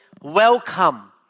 welcome